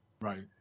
right